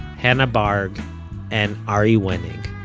hannah barg and ari wenig.